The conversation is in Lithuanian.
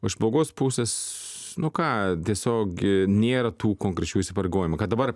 iš blogos pusės nu ką tiesiog gi nėra tų konkrečių įsipareigojimų kad dabar